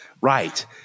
Right